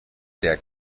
der